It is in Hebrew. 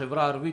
בחברה הערבית,